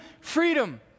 freedom